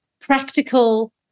practical